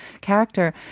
character